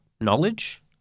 knowledge